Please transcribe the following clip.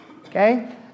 Okay